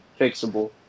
fixable